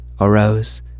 arose